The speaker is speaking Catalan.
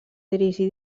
dirigir